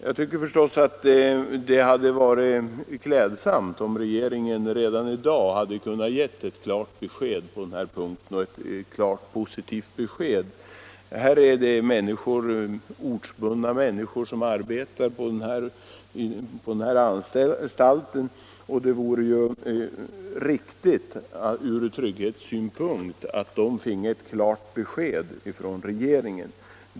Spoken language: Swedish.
Jag tycker förstås att det hade varit klädsamt om regeringen redan i dag hade kunnat ge ett klart positivt besked på denna punkt. Det är ju ortsbundna människor som arbetar på den här anstalten, och det är ur trygghetssynpunkt riktigt att de får ett klart besked från regeringen.